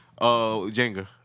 Jenga